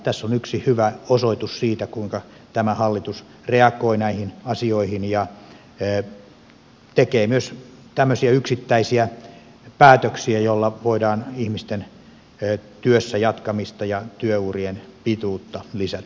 tässä on yksi hyvä osoitus siitä kuinka tämä hallitus reagoi näihin asioihin ja tekee myös tämmöisiä yksittäisiä päätöksiä joilla voidaan ihmisten työssä jatkamista ja työurien pituutta lisätä